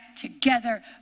together